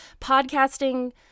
podcasting